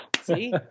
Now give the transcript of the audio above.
See